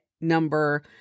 number